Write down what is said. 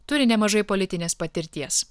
turi nemažai politinės patirties